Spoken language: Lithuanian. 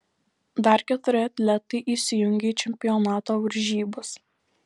dar keturi atletai įsijungia į čempionato varžybas